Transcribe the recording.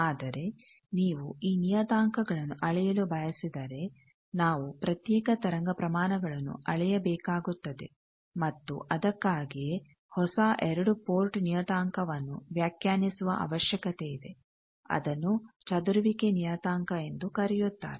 ಆದರೆ ನೀವು ಈ ನಿಯತಾಂಕಗಳನ್ನು ಅಳೆಯಲು ಬಯಸಿದರೆ ನಾವು ಪ್ರತ್ಯೇಕ ತರಂಗ ಪ್ರಮಾಣಗಳನ್ನು ಅಳೆಯಬೇಕಾಗುತ್ತದೆ ಮತ್ತು ಅದಕ್ಕಾಗಿಯೇ ಹೊಸ 2 ಪೋರ್ಟ್ ನಿಯತಾಂಕವನ್ನು ವ್ಯಾಖ್ಯಾನಿಸುವ ಅವಶ್ಯಕತೆಯಿದೆ ಅದನ್ನು ಚದುರುವಿಕೆ ನಿಯತಾಂಕ ಎಂದು ಕರೆಯುತ್ತಾರೆ